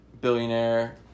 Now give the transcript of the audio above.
Billionaire